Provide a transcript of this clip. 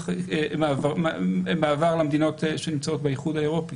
מעבר למדינות שנמצאות באיחוד האירופי.